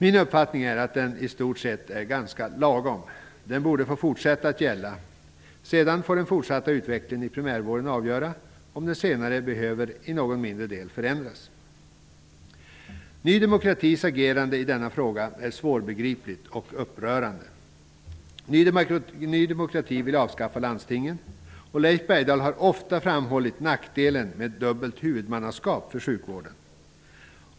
Min uppfattning är att lagen i stort sett är ganska lagom. Den borde få fortsätta att gälla. Sedan får den fortsatta utvecklingen inom primärvården avgöra om lagen behöver ändras i någon mindre del senare. Ny demokratis agerande i denna fråga är svårbegripligt och upprörande. Ny demokrati vill avskaffa landstingen. Leif Bergdahl har ofta framhållit nackdelen med dubbelt huvudmannaskap för sjukvården.